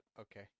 okay